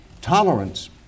tolerance